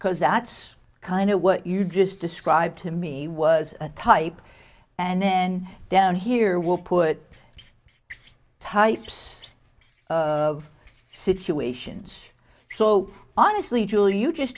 because that's kind of what you just described to me was a type and then down here we'll put types of situations so honestly jewel you just